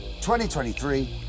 2023